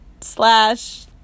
slash